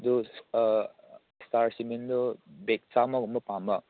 ꯑꯗꯨ ꯏꯁꯇꯥꯔ ꯁꯤꯃꯦꯟꯗꯣ ꯕꯦꯒ ꯆꯥꯝꯃ ꯒꯨꯝꯕ ꯄꯥꯝꯕ